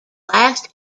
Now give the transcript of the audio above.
last